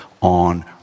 on